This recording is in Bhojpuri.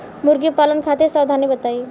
मुर्गी पालन खातिर सावधानी बताई?